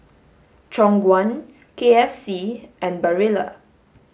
Khong Guan K F C and Barilla